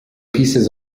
pieces